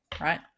Right